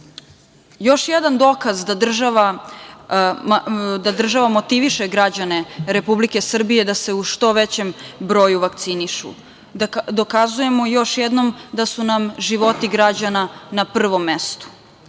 Još jedan dokaz da država motiviše građane Republike Srbije da se u što većem broju vakcinišu. Dokazujemo još jednom da su nam životi građana na prvom